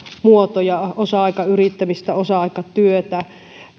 muotoja osa aikayrittämistä osa aikatyötä